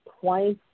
twice